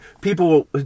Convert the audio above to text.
people